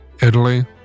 Italy